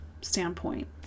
standpoint